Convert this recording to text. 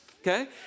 Okay